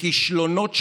בכישלונות שלהם,